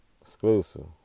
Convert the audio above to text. exclusive